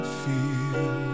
feel